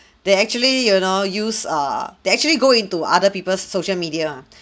they actually you know use err they actually go into other people's social media ah